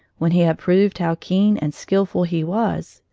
when he had proved how keen and skilful he was,